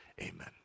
Amen